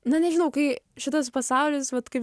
na nežinau kai šitas pasaulis vat kaip